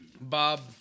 Bob